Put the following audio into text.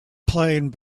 playing